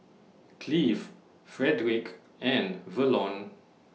Cleve Frederick and Verlon